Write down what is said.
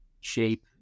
shape